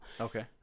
Okay